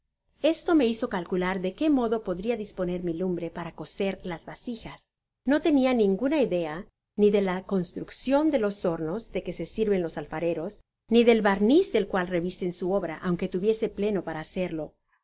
cocidos estome hizo calcular de qué modo podria disponer mi lumbre para cocer las vasijas no tenia ninguna idea ni de la construcción de los hornos de que se sirven los alfareros ni del barniz del cual revisten su obra aunque tuviese plomo para hacerlo